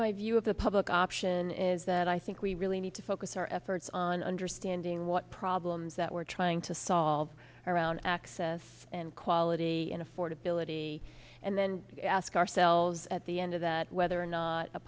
my view of the public option is that i think we really need to focus our efforts on understanding what problems that we're trying to solve around access and quality and affordability and then ask ourselves at the end of that whether or not a